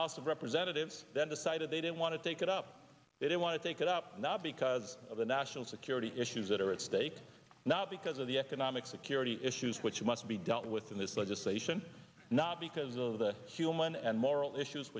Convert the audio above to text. house of representatives that decided they didn't want to take it up they don't want to take it up now because of the national security issues that are at stake now because of the economic security issues which must be dealt with in this legislation not because of the human and moral issues